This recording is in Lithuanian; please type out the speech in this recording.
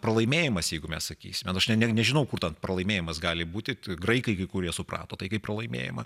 pralaimėjimas jeigu mes sakysime aš ne nežinau kur ten pralaimėjimas gali būti graikai kai kurie suprato tai kaip pralaimėjimą